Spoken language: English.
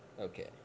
Okay